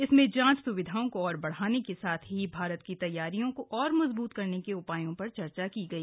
इसमें जांच स्विधाओं को और बढ़ाने के साथ ही भारत की तैयारियों को और मजबूत करने के उपायों पर चर्चा की गई